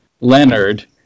leonard